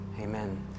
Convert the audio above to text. Amen